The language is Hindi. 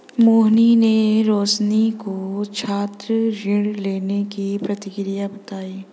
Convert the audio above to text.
मोहिनी ने रोशनी को छात्र ऋण लेने की प्रक्रिया बताई